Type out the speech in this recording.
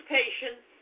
patience